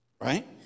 Right